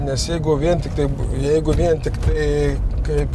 nes jeigu vien tiktai jeigu vien tiktai kaip